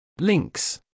Links